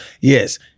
Yes